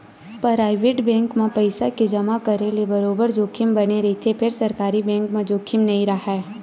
private bank म पइसा के जमा करे ले बरोबर जोखिम बने रहिथे फेर सरकारी बेंक म जोखिम नइ राहय